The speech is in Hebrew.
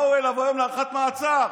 באו אליו היום להארכת מעצר,